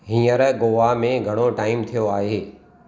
हींअर गोआ में घणो टाइम थियो आहे